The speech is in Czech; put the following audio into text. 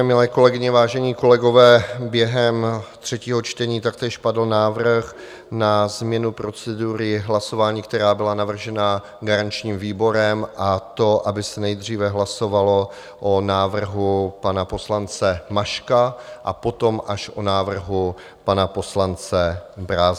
Milé kolegyně, vážení kolegové, během třetího čtení taktéž padl návrh na změnu procedury hlasování, která byla navržena garančním výborem, a to aby se nejdříve hlasovalo o návrhu pana poslance Maška a potom až o návrhu pana poslance Brázdila.